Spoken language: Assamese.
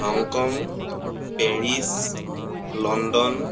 Hong Kong Paris London